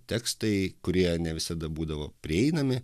tekstai kurie ne visada būdavo prieinami